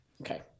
okay